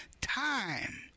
time